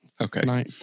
Okay